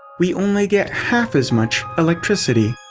we only get half as much electricity.